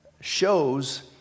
shows